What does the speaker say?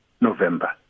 November